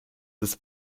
des